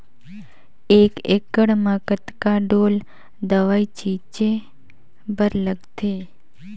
एक एकड़ म कतका ढोल दवई छीचे बर लगथे?